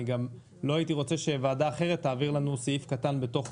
לא הייתי רוצה שוועדה אחרת תעביר לנו סעיף קטן בתוך חוק.